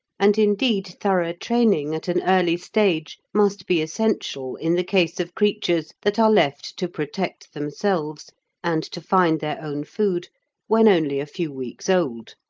and indeed thorough training at an early stage must be essential in the case of creatures that are left to protect themselves and to find their own food when only a few weeks old.